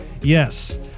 Yes